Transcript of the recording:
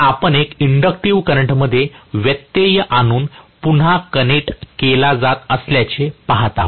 तर आपण एक इंडक्टिव्ह करंट मध्ये व्यत्यय आणून पुन्हा कनेक्ट केला जात असल्याचे पहात आहात